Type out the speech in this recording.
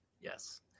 Yes